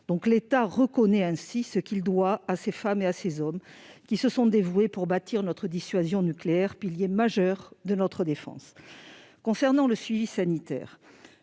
L'État reconnaît ainsi ce qu'il doit à ces femmes et à ces hommes, qui se sont dévoués pour bâtir notre dissuasion nucléaire, pilier majeur de notre défense. En ce qui concerne le suivi sanitaire,